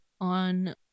on